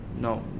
no